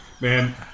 man